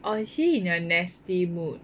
I see in a nasty mood